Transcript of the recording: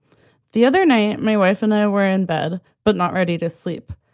the other night my wife and i were in bed but not ready to sleep.